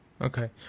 Okay